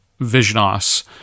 VisionOS